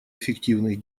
эффективных